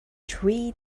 three